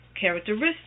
characteristics